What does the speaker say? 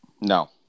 No